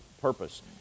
purpose